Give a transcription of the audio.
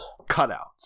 cutouts